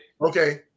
Okay